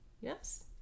Yes